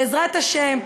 בעזרת השם,